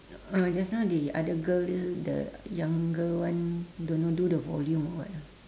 uh just now the other girl the younger one don't know do the volume or what ah